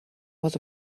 was